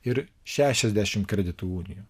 ir šešiasdešimt kreditų unijų